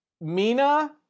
Mina